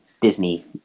Disney